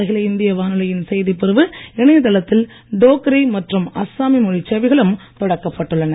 அகிலஇந்திய வானொலியின் செய்திப்பிரிவு இணையதளத்தில் டோக்ரி மற்றும் அஸ்ஸாமி மொழி சேவைகளும் தொடக்கப் பட்டுள்ளன